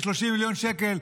30 מיליון שקל,